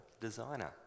designer